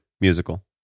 musical